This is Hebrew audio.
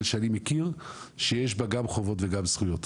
שאני מכיר שיש בה גם חובות וגם זכויות,